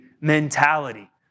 mentality